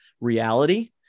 reality